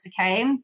okay